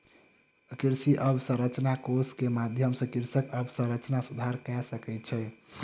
कृषि अवसंरचना कोष के माध्यम सॅ कृषक अवसंरचना सुधार कय सकै छै